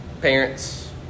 Parents